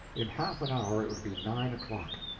in half an hour it would be nine o'clock.